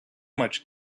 much